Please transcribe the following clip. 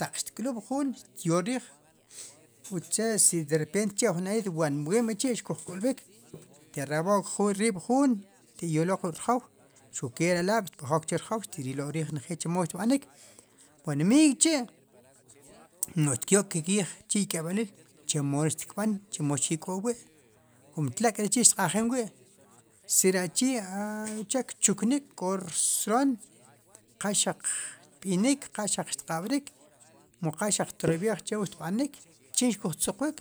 Taq xtk'lub' juun, xtyool riij, uche' si derrepent wa'chi' jun aliit, ween b'e chi' xkujk'ulb'ik, te' rab'ook riib'juun te yolwaq ru'k rjow, xuq kee ri alab'xtb'jok chu rjow, xti'q yool riij njeel chemo xtb'anik bueen miiy k'chi' no'j tyo'k ke kiij chi' ik'eb'iil, chemo ixtkb'an chemo xki' k'oob'wi' kum tla'k'rewi' xtq'aljin wi' si re achii' aa, uche' kchuknik, k'o rsroon, qa xaq xtb'inik, qa xaq xtq'b'rik, mu qa xaq xtroyb'eey che wu xtb'anik, chin xkuj tzuqwiik,